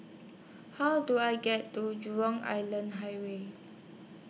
How Do I get to Jurong Island Highway